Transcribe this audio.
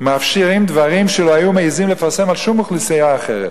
מאפשרים דברים שלא היו מעזים לפרסם על שום אוכלוסייה אחרת.